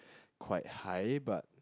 quite high but